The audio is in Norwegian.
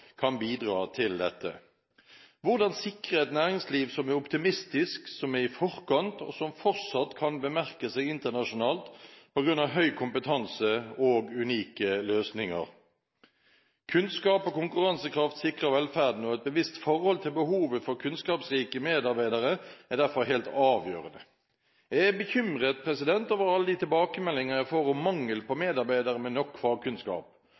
kan bidra til dette. Hvordan sikre et næringsliv som er optimistisk, som er i forkant og som fortsatt kan bemerke seg internasjonalt på grunn av høy kompetanse og unike løsninger? Kunnskap og konkurransekraft sikrer velferden, og et bevisst forhold til behovet for kunnskapsrike medarbeidere er derfor helt avgjørende. Jeg er bekymret over alle de tilbakemeldinger jeg får om mangel på medarbeidere med nok fagkunnskap,